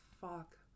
fuck